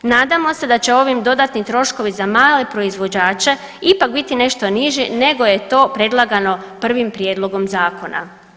Nadamo se da će ovi dodatni troškovi za male proizvođače ipak biti nešto niži, nego je to predlagano prvim Prijedlogom zakona.